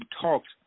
talked